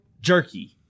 Jerky